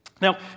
Now